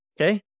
okay